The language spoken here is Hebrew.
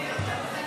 חינוך